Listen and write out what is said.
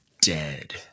dead